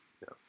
Yes